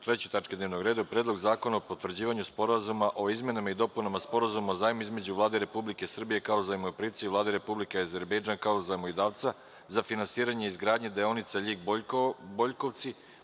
Srbije“, broj 15/16) i Predlogu zakona o potvrđivanju Sporazuma o izmenama i dopunama Sporazuma o zajmu između Vlade Republike Srbije kao zajmoprimca i Vlade Republike Azerbejdžan kao zajmodavca za finansiranje izgradnje deonica Ljig-Boljkovci,